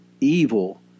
evil